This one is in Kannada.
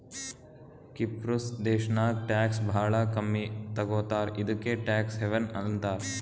ಕಿಪ್ರುಸ್ ದೇಶಾನಾಗ್ ಟ್ಯಾಕ್ಸ್ ಭಾಳ ಕಮ್ಮಿ ತಗೋತಾರ ಇದುಕೇ ಟ್ಯಾಕ್ಸ್ ಹೆವನ್ ಅಂತಾರ